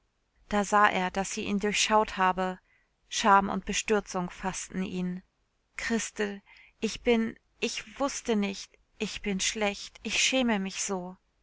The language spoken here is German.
da sah er daß sie ihn durchschaut habe scham und bestürzung faßten ihn christel ich bin ich wußte nicht ich bin schlecht ich schäme mich so